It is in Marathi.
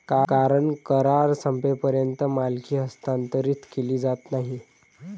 कारण करार संपेपर्यंत मालकी हस्तांतरित केली जात नाही